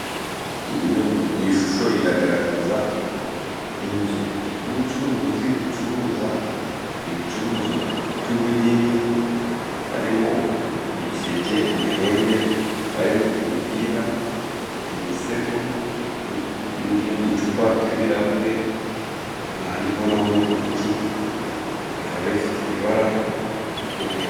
Iyi shusho iragaragaza inzu y'ubucuruzi bucuruza ibicuruzwa by'ubugeni harimo uduseke, amahembe hakaba harimo imipira, imisego, n'uducupa tw'ibirahure, nkaba ndikubonaho n'urugi, rukaba rifite ibara ry'umweru.